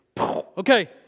Okay